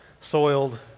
soiled